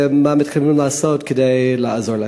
מה מתכוונים לעשות כדי לעזור להם?